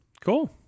Cool